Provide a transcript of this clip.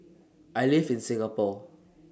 I live in Singapore